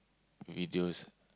videos